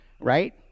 Right